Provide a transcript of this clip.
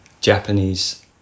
Japanese